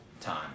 time